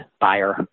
buyer